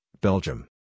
Belgium